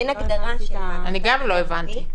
אני גם לא הבנתי.